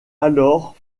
alors